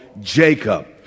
Jacob